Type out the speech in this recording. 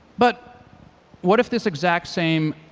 but what if this exact same